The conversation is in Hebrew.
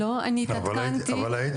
אבל היית